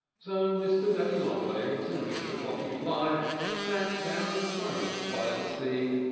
so mr. daddy long-legs and mr. floppy fly sat down in silence by the sea,